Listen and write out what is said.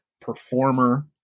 Performer